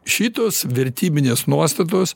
šitos vertybinės nuostatos